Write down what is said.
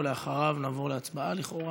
אחריו נעבור להצבעה, לכאורה.